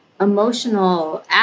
emotional